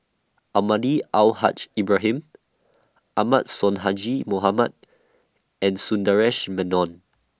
Almahdi Al Haj Ibrahim Ahmad Sonhadji Mohamad and Sundaresh Menon